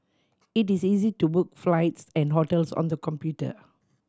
it is easy to book flights and hotels on the computer